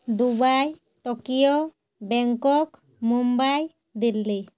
Dubai Tokyo Bangkok Mumbai Delhi